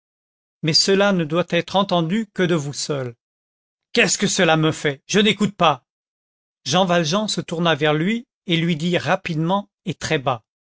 mais cela ne doit être entendu que de vous seul qu'est-ce que cela me fait je n'écoute pas jean valjean se tourna vers lui et lui dit rapidement et très bas